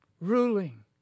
Ruling